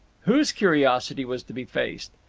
whose curiosity was to be faced?